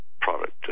product